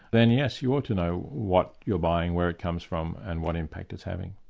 then yes, you ought to know what you're buying, where it comes from, and what impact it's having.